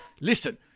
listen